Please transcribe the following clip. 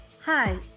Hi